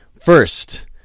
First